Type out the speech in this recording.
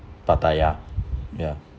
pattaya ya